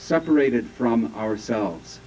separated from ourselves